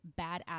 badass